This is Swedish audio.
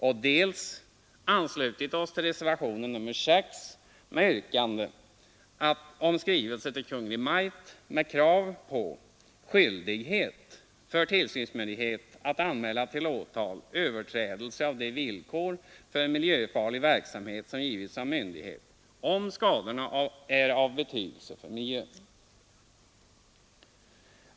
Vi har också anslutit oss till reservationen 7 med yrkande om skrivelse till Kungl. Maj:t med krav på skyldighet för tillsynsmyndighet att anmäla till åtal överträdelser av de villkor för miljöfarlig verksamhet som givits av myndighet, om skador av betydelse för miljön uppstår.